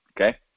okay